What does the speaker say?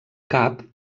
cap